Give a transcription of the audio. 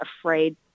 afraid